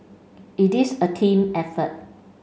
it is a team effort